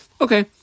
Okay